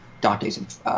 Dante's